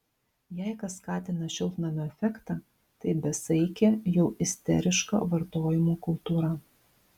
jei kas skatina šiltnamio efektą tai besaikė jau isteriška vartojimo kultūra